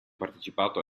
partecipato